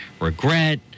regret